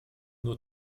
nur